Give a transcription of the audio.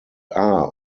are